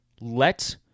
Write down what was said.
let